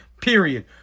period